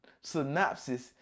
synopsis